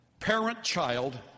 Parent-child